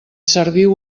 serviu